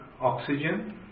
oxygen